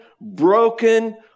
broken